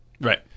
Right